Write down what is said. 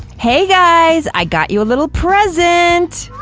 hey guys! i got you a little present!